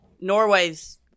Norway's